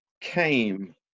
came